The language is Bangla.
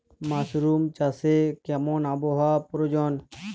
মাসরুম চাষে কেমন আবহাওয়ার প্রয়োজন?